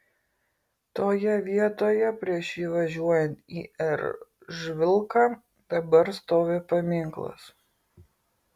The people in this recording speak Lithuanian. toje vietoje prieš įvažiuojant į eržvilką dabar stovi paminklas